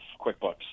QuickBooks